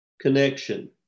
connection